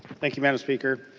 thank you mme. and speaker.